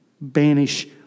banish